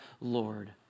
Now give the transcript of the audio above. Lord